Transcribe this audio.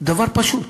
דבר פשוט,